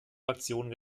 fraktionen